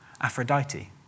Aphrodite